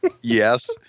Yes